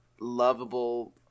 lovable